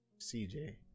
CJ